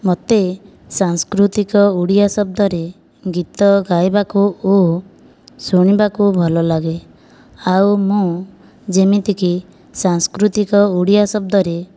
ମୋତେ ସାଂସ୍କୃତିକ ଓଡ଼ିଆ ଶବ୍ଦ ରେ ଗୀତ ଗାଇବାକୁ ଓ ଶୁଣିବାକୁ ଭଲ ଲାଗେ ଆଉ ମୁଁ ଯେମିତି କି ମୁଁ ସାଂସ୍କୃତିକ ଓଡ଼ିଆ ଶବ୍ଦ ରେ